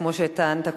כמו שטענת קודם,